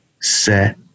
Set